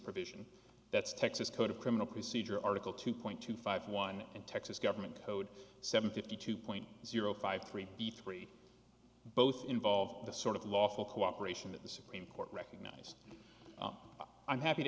provision that's texas code of criminal procedure article two point two five one in texas government code seventy two point zero five three b three both involve the sort of lawful cooperation that the supreme court recognized i'm happy to